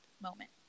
moment